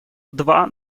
два